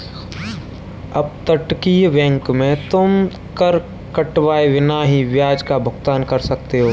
अपतटीय बैंक में तुम कर कटवाए बिना ही ब्याज का भुगतान कर सकते हो